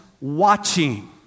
watching